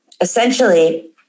essentially